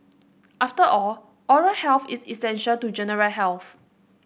after all oral health is essential to general health